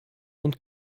und